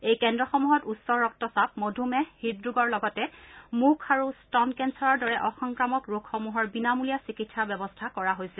এই কেন্দ্ৰসমূহত উচ্চ ৰক্তচাপ মধুমেহ হৃদৰোগৰ লগতে মুখ আৰু স্তন কেন্দাৰৰ দৰে অসংক্ৰামক ৰোগসমূহৰ বিনামূলীয়া চিকিৎসাৰ ব্যৱস্থা কৰা হৈছে